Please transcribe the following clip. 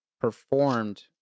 performed